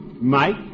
Mike